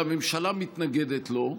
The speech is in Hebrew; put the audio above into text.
והממשלה מתנגדת לו,